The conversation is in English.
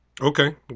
Okay